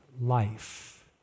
life